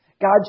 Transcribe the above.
God